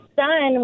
son